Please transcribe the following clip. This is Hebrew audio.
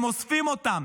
הם אוספים אותם,